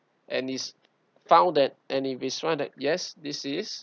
and it's found that and if it's found that yes this is